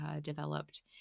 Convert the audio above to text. developed